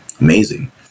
amazing